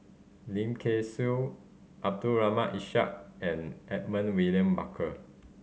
Lim Kay Siu Abdul Ishak and Edmund William Barker